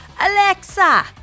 Alexa